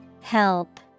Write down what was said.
Help